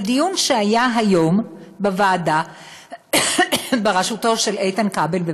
בדיון שהיה היום בוועדה בראשותו של איתן כבל,